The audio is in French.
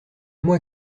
moi